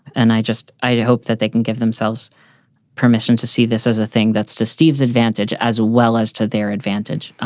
and i just i hope that they can give themselves permission to see this as a thing that's to steve's advantage as well as to their advantage,